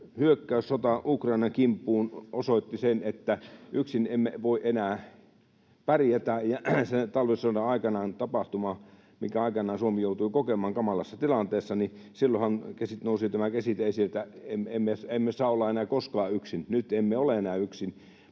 hyökkäyssota Ukrainan kimppuun osoitti sen, että yksin emme voi enää pärjätä. Kun aikanaan talvisodan tapahtuman Suomi joutui kokemaan kamalassa tilanteessa, niin silloinhan nousi tämä käsite esiin, että emme saa olla enää koskaan yksin. Nyt emme ole enää yksin.